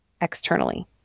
externally